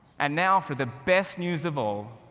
and now, for the best news of all,